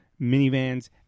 minivans